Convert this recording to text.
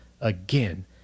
again